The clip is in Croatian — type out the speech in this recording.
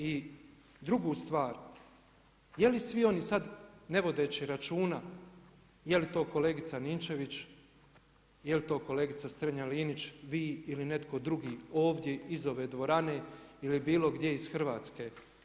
I drugu stvar, je li svi oni sad, ne vodeći računa je li to kolegica Ninčević, je li to kolegica Strenja Linić, vi ili netko drugi ovdje iz ove dvorane ili bilo gdje iz Hrvatske.